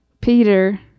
Peter